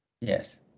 Yes